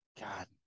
God